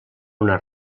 una